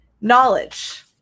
knowledge